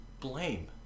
blame